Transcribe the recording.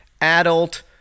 adult